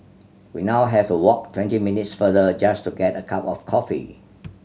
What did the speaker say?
we now have to walk twenty minutes farther just to get a cup of coffee